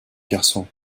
garçon